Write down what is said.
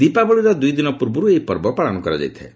ଦୀପାବଳିର ଦୂଇଦିନ ପୂର୍ବର୍ ଏହି ପର୍ବ ପାଳନ କରାଯାଇଥାଏ